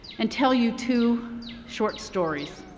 and tell you two short stories.